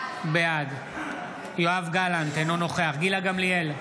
בעד יואב גלנט, אינו נוכח גילה גמליאל,